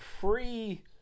free